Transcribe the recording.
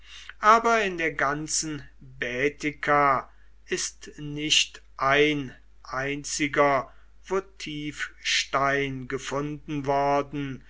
aber in der ganzen baetica ist nicht ein einziger votivstein gefunden worden